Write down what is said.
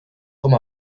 com